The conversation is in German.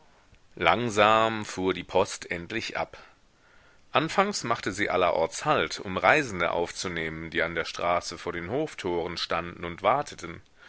langsam fuhr die post endlich ab anfangs machte sie allerorts halt um reisende aufzunehmen die an der straße vor den hoftoren standen und warteten